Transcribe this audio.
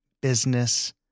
business